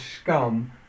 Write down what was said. scum